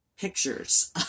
pictures